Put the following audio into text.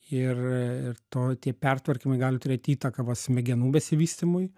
ir ir to tie pertvarkymai gali turėt įtaką va smegenų besivystymui